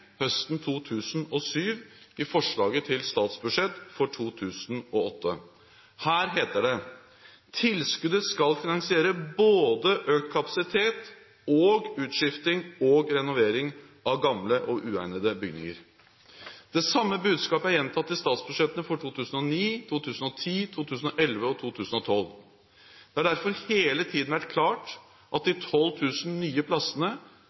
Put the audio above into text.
høsten 2007 i forslaget til statsbudsjett for 2008. Her heter det: «Tilskuddet skal finansiere både økt kapasitet og utskifting og renovering av gamle og uegnede bygninger.» Det samme budskapet er gjentatt i statsbudsjettene for 2009, 2010, 2011 og 2012. Det har derfor hele tiden vært klart at de 12 000 nye plassene